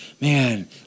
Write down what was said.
man